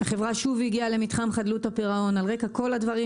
החברה שוב הגיעה למתחם חדלות הפירעון על רקע כל הדברים